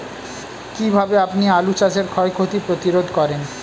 কীভাবে আপনি আলু চাষের ক্ষয় ক্ষতি প্রতিরোধ করেন?